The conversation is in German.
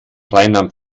rheinland